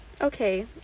okay